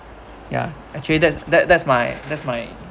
ya actually that's that that's my that's my